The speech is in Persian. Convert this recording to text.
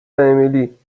امیلی